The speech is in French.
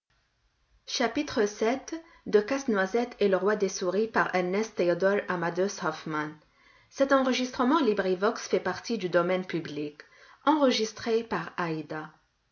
entre casse-noisette et le roi des souris